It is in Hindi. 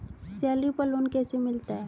सैलरी पर लोन कैसे मिलता है?